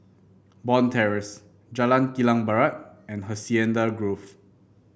Bond Terrace Jalan Kilang Barat and Hacienda Grove